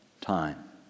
time